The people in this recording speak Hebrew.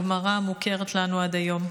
הגמרא המוכרת לנו עד היום.